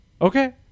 okay